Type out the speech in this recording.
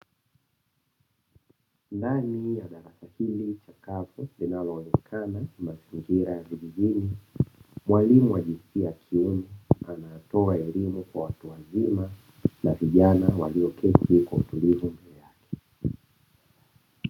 Ndani ya darasa hili chakavu linaloonekana ni mazingira ya kijijini, mwalimu wa jinsi ya kiume anatoa elimu kwa watu wazima na vijana walioketi kwa utulivu ndani yake.